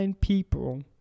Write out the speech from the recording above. people